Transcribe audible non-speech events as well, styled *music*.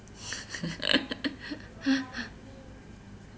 *laughs*